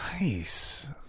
nice